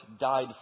died